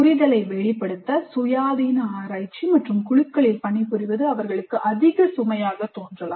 புரிதலை வெளிப்படுத்த சுயாதீன ஆராய்ச்சி மற்றும் குழுக்களில் பணிபுரிவது அவர்களுக்கு அதிக சுமையாகத் தோன்றலாம்